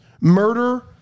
murder